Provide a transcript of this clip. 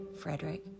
frederick